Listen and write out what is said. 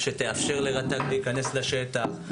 שתאפשר לרט"ג להיכנס לשטח,